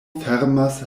fermas